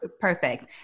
perfect